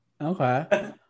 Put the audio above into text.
Okay